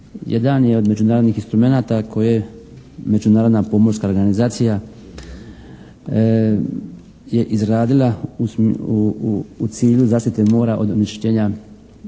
jedan je od međunarodnih instrumenata koje je Međunarodna pomorska organizacija je izradila u cilju zaštite mora od onečišćenja